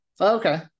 Okay